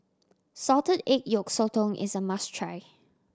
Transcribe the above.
salted egg yolk sotong is a must try